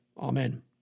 amen